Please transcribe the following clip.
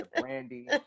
Brandy